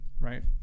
right